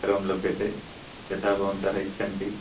सर्वं लभ्यते यथा भवन्तः इच्छन्ति